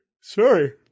Sorry